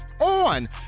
on